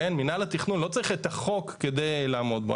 מינהל התכנון לא צריך את החוק כדי לעמוד בו.